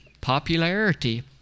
popularity